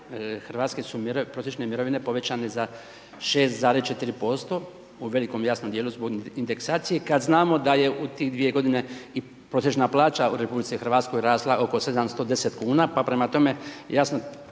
hrvatske su prosječne mirovine povećane za 6,4% u velikom jasnom dijelu zbog indeksacije kad znamo da je u tih dvije godine i prosječna plaća u RH rasla oko 710,00 kn, pa prema tome jasno